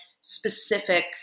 specific